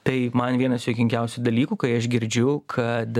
tai man vienas juokingiausių dalykų kai aš girdžiu kad